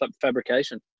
fabrication